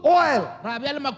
oil